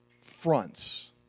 fronts